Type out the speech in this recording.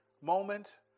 moment